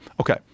Okay